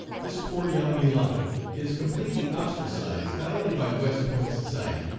this poor young mulatto is completely ostracized not only by west point society,